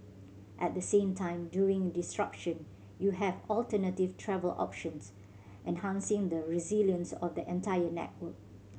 at the same time during disruption you have alternative travel options enhancing the resilience of the entire network